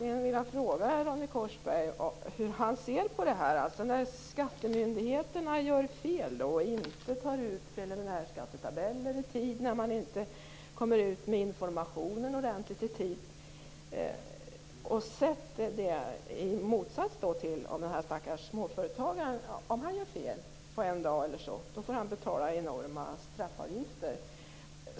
Jag skulle vilja fråga Ronny Korsberg hur han ser å ena sidan på hur det är när skattemyndigheterna gör fel, inte får ut preliminärskattetabeller i tid och inte kommer ut med informationen ordentligt i tid, å andra sidan på hur det är om den stackars småföretagaren gör fel på en dag eller så. Då får han betala enorma straffavgifter.